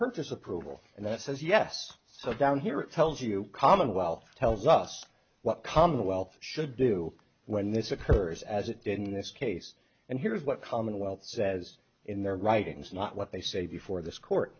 purchase approval and then says yes so down here it tells you commonwealth tells us what commonwealth should do when this occurs as it did in this case and here is what commonwealth says in their writings not what they say before this court